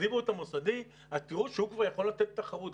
תעבירו את המוסדי, תראו שוק שיכול לתת תחרות.